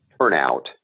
turnout